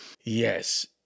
Yes